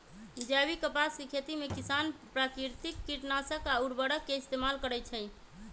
जैविक कपास के खेती में किसान प्राकिरतिक किटनाशक आ उरवरक के इस्तेमाल करई छई